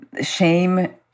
shame